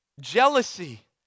jealousy